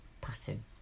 pattern